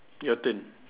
your turn